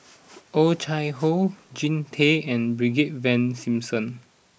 Oh Chai Hoo Jean Tay and Brigadier Ivan Simson